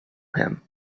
him